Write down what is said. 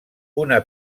una